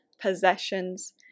possessions